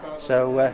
so,